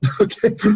okay